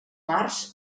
mars